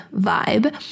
vibe